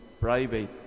private